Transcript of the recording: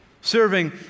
Serving